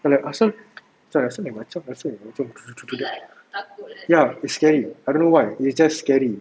like asal asal lain macam asal macam ya it's scary I don't know why it's just scary